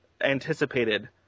anticipated